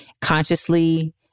consciously